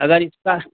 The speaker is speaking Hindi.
अगर इसका